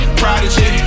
prodigy